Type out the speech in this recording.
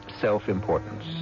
self-importance